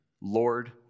Lord